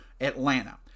Atlanta